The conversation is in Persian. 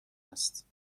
است